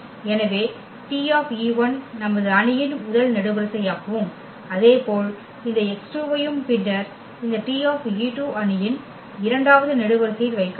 எனவே T நமது அணியின் முதல் நெடுவரிசையாகவும் அதேபோல் இந்த x2 ஐயும் பின்னர் இந்த T அணியின் இரண்டாவது நெடுவரிசையில் வைக்கலாம்